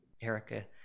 erica